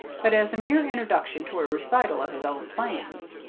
but as a mere introduction to a recital of his own plans.